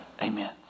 Amen